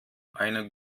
eine